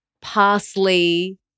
parsley